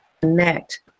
connect